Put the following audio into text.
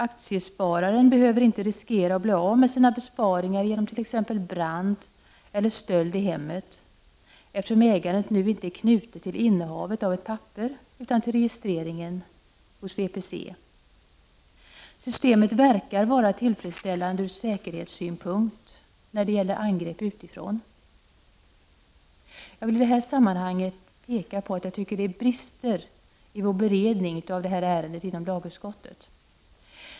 —- Aktiespararen behöver inte riskera att bli av med sina besparingar genom t.ex. brand eller stöld i hemmet, eftersom ägandet nu inte är knutet till innehavet av ett papper utan till registreringen hos VPC. — Datasystemet verkar vara tillfredsställande ur säkerhetssynpunkt när det gäller angrepp utifrån. Jag vill i det här sammanhanget peka på det jag tycker utgör brister i vår beredning av det här ärendet inom lagutskottet.